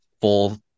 full